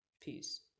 Peace